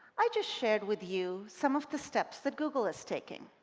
i just shared with you some of the steps that google is taking